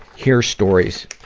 hear stories,